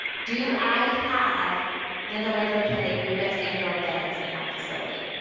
do i have ventilator depend units and or beds in my facility?